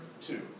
two